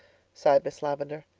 sighed miss lavendar.